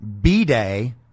B-Day